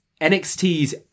NXT's